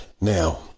Now